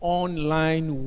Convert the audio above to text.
online